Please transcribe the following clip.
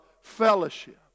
fellowship